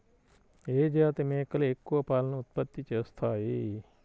ఏ జాతి మేకలు ఎక్కువ పాలను ఉత్పత్తి చేస్తాయి?